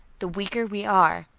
the weaker we are,